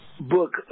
book